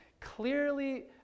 clearly